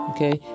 Okay